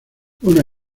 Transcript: una